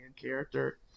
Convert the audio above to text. character